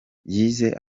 yize